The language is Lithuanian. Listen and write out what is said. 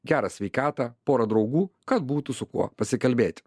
gerą sveikatą porą draugų kad būtų su kuo pasikalbėti